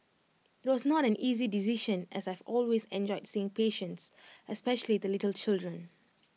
IT was not an easy decision as I have always enjoyed seeing patients especially the little children